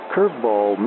Curveball